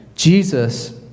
Jesus